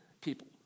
people